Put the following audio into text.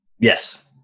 Yes